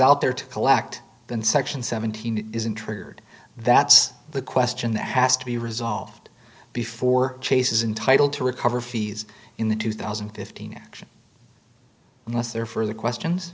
out there to collect then section seventeen isn't triggered that's the question that has to be resolved before chase's entitle to recover fees in the two thousand and fifteen action unless there are further questions